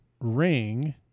ring